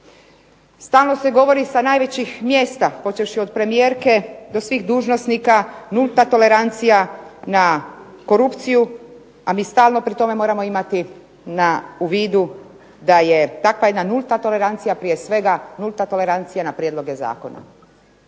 Stalno se govori sa najvećih mjesta počevši od premijerke do svih dužnosnika, nulta tolerancija na korupciju a mi stalno pri tome moramo imati u vidu da je takva jedna nulta tolerancija prije svega nulta tolerancija na prijedloge zakona